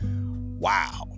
wow